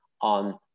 on